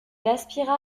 aspira